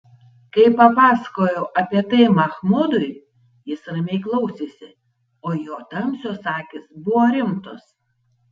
kai papasakojau apie tai machmudui jis ramiai klausėsi o jo tamsios akys buvo rimtos